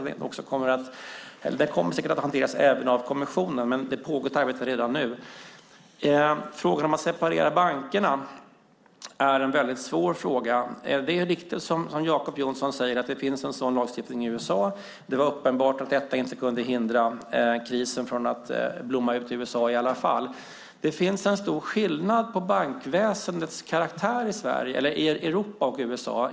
Den kommer säkert att hanteras av kommissionen också, men det pågår ett arbete redan nu. Att separera bankerna är en väldigt svår fråga. Det är riktigt som Jacob Johnson säger att det finns en sådan lagstiftning i USA. Det var uppenbart att det inte kunde hindra krisen från att blomma ut i USA. Det är stor skillnad på bankväsendets karaktär i Europa och USA.